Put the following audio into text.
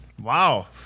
Wow